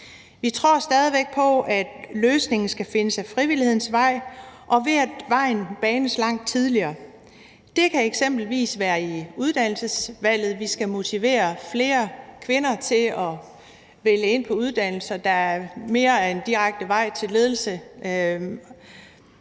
Vi tror stadig væk på, at løsningen skal findes ad frivillighedens vej, og ved at vejen banes langt tidligere. Det kan eksempelvis være i uddannelsesvalget, at vi skal motivere flere kvinder til at vælge uddannelser, der giver en mere direkte vej til ledelse,